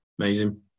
Amazing